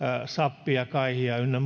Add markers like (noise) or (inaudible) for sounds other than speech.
sappi kaihi ynnä (unintelligible)